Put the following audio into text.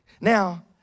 Now